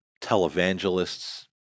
televangelists